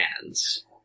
hands